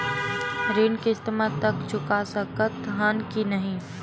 ऋण किस्त मा तक चुका सकत हन कि नहीं?